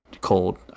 cold